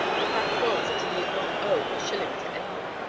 the fact was, that he did not owe a shilling to any one.